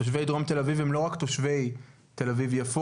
תושבי דרום תל אביב הם לא רק תושבי תל אביב-יפו,